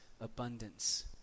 abundance